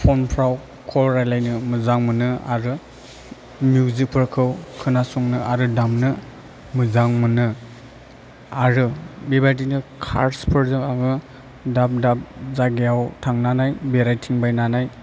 फन'फ्राव कल राइलायनो मोजां मोनो आरो म्युजिकफोरखौ खोनासंनो आरो दामनो मोजां मोनो आरो बेबाइदिनो खादसफोरजों आङो दाब दाब जायगायाव थांनानै बेरायथिंबायनानै